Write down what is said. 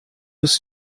was